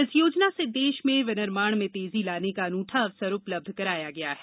इस योजना से देश में विनिर्माण में तेजी लाने का अनूठा अवसर उपलब्ध कराया है